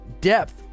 depth